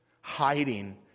hiding